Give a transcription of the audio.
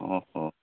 ଓ ହଁ